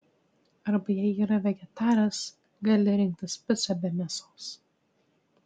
arba jei yra vegetaras gali rinktis picą be mėsos